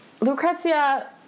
Lucrezia